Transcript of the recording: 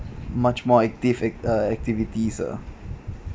much more active uh activities ah